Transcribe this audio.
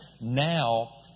now